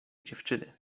dziewczyny